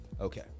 Okay